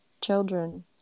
children